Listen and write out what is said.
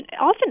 often